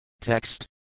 Text